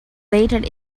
waited